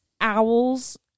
owls